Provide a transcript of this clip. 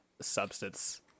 substance